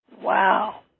Wow